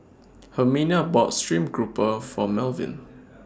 Herminia bought Stream Grouper For Melvyn